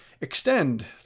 extend